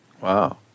Wow